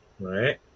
Right